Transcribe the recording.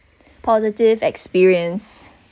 positive experience